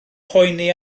poeni